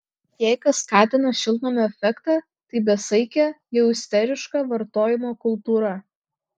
jei kas skatina šiltnamio efektą tai besaikė jau isteriška vartojimo kultūra